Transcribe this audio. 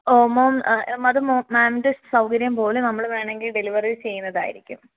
ഓ ma'am അത് മൊ മാമിന്റെ സൗകര്യം പോലെ നമ്മൾ വേണമെങ്കിൽ ഡെലിവറി ചെയ്യുന്നതായിരിക്കും